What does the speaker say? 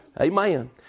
Amen